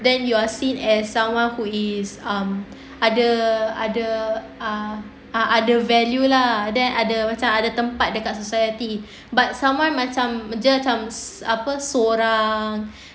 then you are seen as someone who is um ada ada uh ada value lah then ada macam ada tempat dekat society but someone macam just dia macam apa seorang